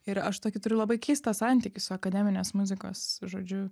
ir aš tokį turiu labai keistą santykį su akademinės muzikos žodžiu